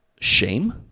shame